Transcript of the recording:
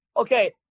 Okay